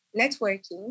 networking